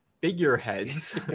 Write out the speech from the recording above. figureheads